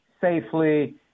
safely